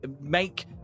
make